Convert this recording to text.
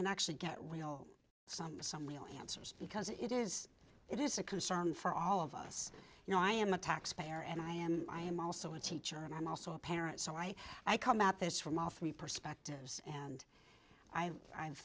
can actually get real some some real answers because it is it is a concern for all of us you know i am a taxpayer and i am i am also a teacher and i'm also a parent so i i come out this from all three perspectives and i